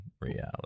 reality